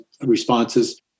responses